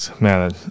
man